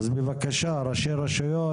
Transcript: מבלי לנקוב בשמות,